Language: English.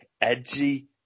edgy